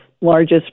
largest